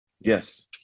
Yes